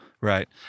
Right